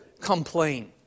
complain